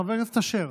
חבר הכנסת אשר,